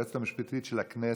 היועצת המשפטית של הכנסת,